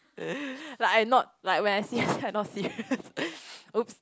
like I not like when I see her I not serious !oops!